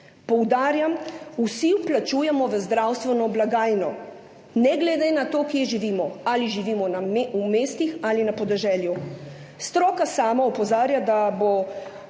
Poudarjam, vsi vplačujemo v zdravstveno blagajno, ne glede na to, kje živimo, ali živimo v mestih ali na podeželju. Stroka sama opozarja, da se